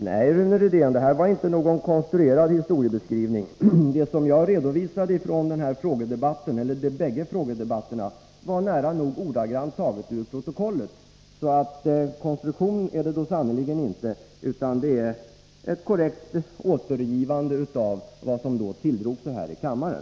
Herr talman! Nej, Rune Rydén, det var inte någon konstruerad historiebeskrivning. Det som jag redovisade från de bägge frågedebatterna var nära nog ordagrant taget ur protokollet. Någon konstruktion är det sannerligen inte, utan det är ett korrekt återgivande av vad som då tilldrog sig här i kammaren.